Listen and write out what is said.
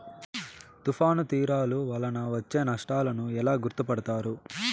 తుఫాను తీరాలు వలన వచ్చే నష్టాలను ఎలా గుర్తుపడతారు?